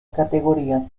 categoría